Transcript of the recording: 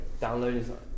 downloading